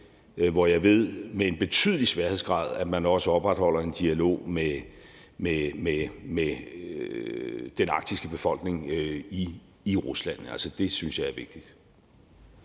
hvor jeg ved, at man med en betydelig sværhedsgrad også opretholder en dialog med den arktiske befolkning i Rusland – det synes jeg er vigtigt.